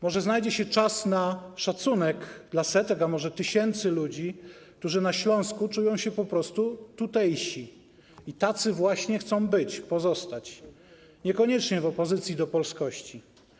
Może znajdzie się czas na szacunek dla setek, a może tysięcy, ludzi, którzy na Śląsku po prostu czują się tutejsi i tacy właśnie chcą pozostać, niekoniecznie w opozycji do polskości.